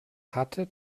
hatte